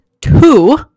two